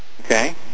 Okay